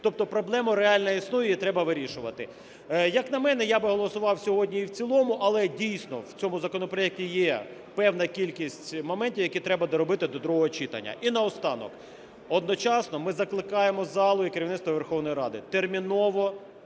Тобто проблема реально існує, її треба вирішувати. Як на мене, я б голосував сьогодні і в цілому, але дійсно в цьому законопроекті є певна кількість моментів, які треба доробити до другого читання. І наостанок, одночасно ми закликаємо залу і керівництво Верховної Ради терміново